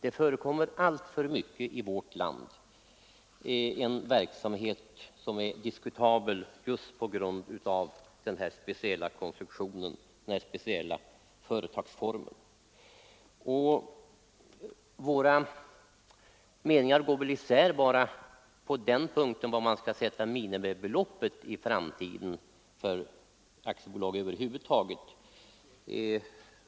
Det förekommer i vårt land i alltför stor utsträckning en verksamhet som är diskutabel just på grund av den här speciella företagsformen. Våra meningar går isär bara i frågan om var man i framtiden skall sätta gränsen för minimibeloppet för aktiebolag.